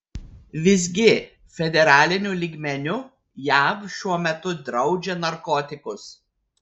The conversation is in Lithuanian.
visgi federaliniu lygmeniu jav šiuo metu draudžia narkotikus